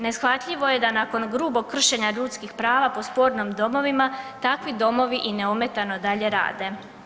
Neshvatljivo je da nakon grubog kršenja ljudskih prava po spornim domovima takvi domovi i neometano dalje rade.